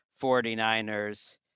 49ers